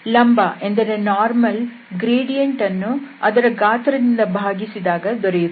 ಲಂಬ ವು ಗ್ರೇಡಿಯಂಟ್ ಅನ್ನು ಅದರ ಗಾತ್ರ ದಿಂದ ಭಾಗಿಸಿದಾಗ ದೊರೆಯುತ್ತದೆ